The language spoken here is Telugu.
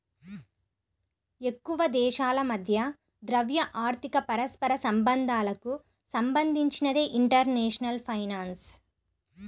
ఎక్కువదేశాల మధ్య ద్రవ్య, ఆర్థిక పరస్పర సంబంధాలకు సంబంధించినదే ఇంటర్నేషనల్ ఫైనాన్స్